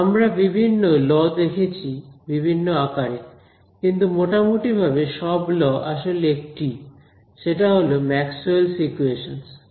আমরা বিভিন্ন ল দেখেছি বিভিন্ন আকারে কিন্তু মোটামুটি ভাবে সব ল আসলে একটিই সেটা হল ম্যাক্সওয়েলস ইকোয়েশনস Maxwell's equations